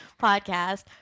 podcast